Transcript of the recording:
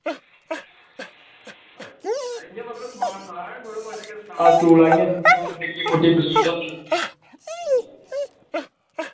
इंया मतलब समान थुआढ़े कोल सारा मतलब जेह्का स्टॉल दा होई गेआ बाकी निक्की मुट्टी प्लेट होंदी